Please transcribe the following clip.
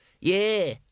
Yeah